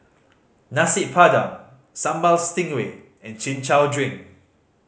Nasi Padang Sambal Stingray and Chin Chow drink